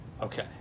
Okay